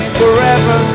forever